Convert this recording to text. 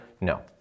no